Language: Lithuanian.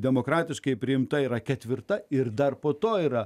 demokratiškai priimta yra ketvirta ir dar po to yra